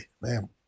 Man